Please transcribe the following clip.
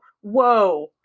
whoa